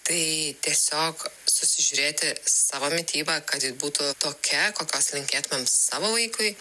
tai tiesiog susižiūrėti savo mitybą kad ji būtų tokia kokios linkėtumėm savo vaikui